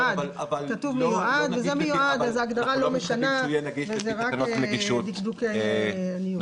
כתוב "מיועד" אז ההגדרה לא משנה וזה רק דקדוקי עניות.